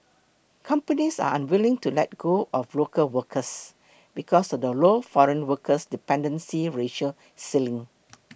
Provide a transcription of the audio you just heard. companies are unwilling to let go of local workers because of the low foreign workers the dependency ratio ceiling